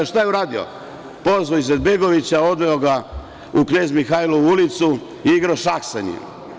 Šta je uradio, pozvao je Izetbegovića, odveo ga u Knez Mihajlovu ulicu, igrao šah sa njim.